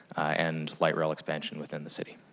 and light-rail expansion within the city.